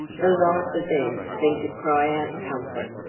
the life of them seemed to cry out comfort,